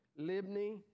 Libni